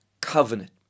covenant